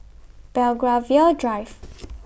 Belgravia Drive